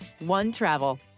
OneTravel